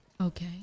Okay